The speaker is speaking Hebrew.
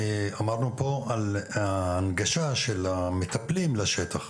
עמדנו על ההנגשה של המטפלים לשטח,